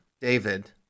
david